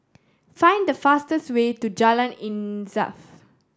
find the fastest way to Jalan Insaf